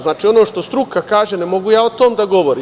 Znači, ono što struka kaže, ne mogu ja o tome da govorim.